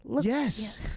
yes